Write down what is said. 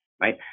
right